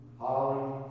Holly